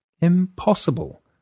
Impossible